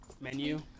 menu